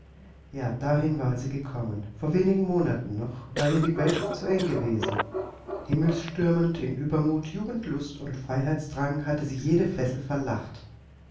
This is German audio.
ja dahin war sie gekommen vor wenigen monaten noch war ihr die welt zu eng gewesen himmelstürmend in uebermut jugendlust und freiheitsdrang hatte sie jede fessel verlacht